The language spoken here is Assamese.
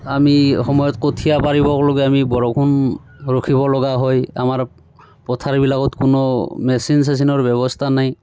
আমি সময়ত কঠীয়া পাৰিবক লগি আমি বৰষুণ ৰখিব লগা হয় আমাৰ পথাৰবিলাকত কোনো মেচিন চেচিনৰ ব্যৱস্থা নাই